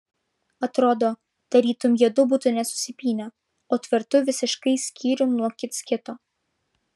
atrodo tarytum jiedu būtų ne susipynę o tvertų visiškai skyrium nuo kits kito